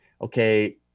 okay